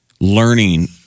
learning